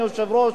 אדוני היושב-ראש,